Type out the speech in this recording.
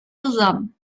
zusammen